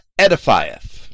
edifieth